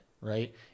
right